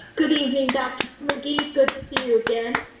good evening, dr. mcgee. good to see you again.